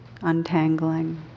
untangling